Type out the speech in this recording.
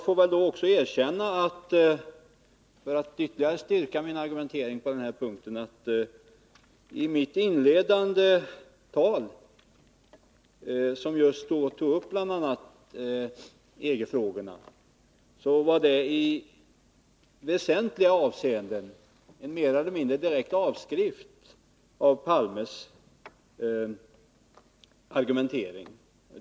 För att ytterligare styrka min argumentering på den här punkten får jag väl också erkänna att inledningen av mitt anförande, som just tog upp bl.a. EG-frågorna, var i väsentliga avseenden mer eller mindre en avskrift av Olof Palmes argumentering.